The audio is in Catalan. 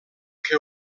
que